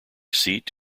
seat